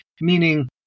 Meaning